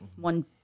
one